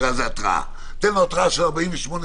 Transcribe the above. תקרא לזה "התראה" תן לו התראה של 48 שעות,